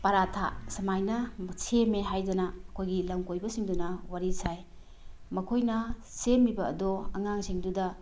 ꯄꯥꯔꯥꯊꯥ ꯨꯃꯥꯏꯅ ꯁꯦꯝꯃꯦ ꯍꯥꯏꯗꯅ ꯑꯩꯈꯣꯏꯒꯤ ꯂꯝ ꯀꯣꯏꯕꯁꯤꯡꯗꯨꯅ ꯋꯥꯔꯤ ꯁꯥꯏ ꯃꯈꯣꯏꯅ ꯁꯦꯝꯃꯤꯕ ꯑꯗꯣ ꯑꯉꯥꯡꯁꯤꯡꯗꯨꯗ